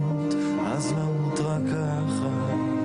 שלום לכם עוד פעם.